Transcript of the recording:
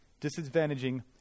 disadvantaging